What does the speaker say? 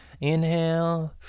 Inhale